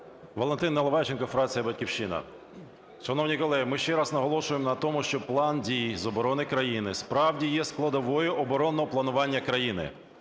Валентин Наливайченко, фракція "Батьківщина". Шановні колеги, ми ще раз наголошуємо на тому, що план дій з оборони країни справді є складовою оборонного планування країни.